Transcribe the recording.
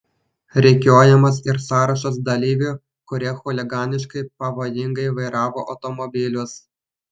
rikiuojamas ir sąrašas dalyvių kurie chuliganiškai pavojingai vairavo automobilius